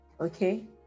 Okay